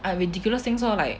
err ridiculous things lor like